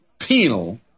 penal